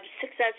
success